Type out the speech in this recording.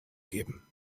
geben